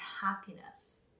happiness